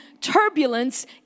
turbulence